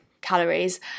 calories